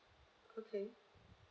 okay